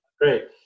Great